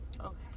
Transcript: Okay